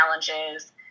challenges